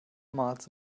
miles